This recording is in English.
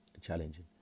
challenging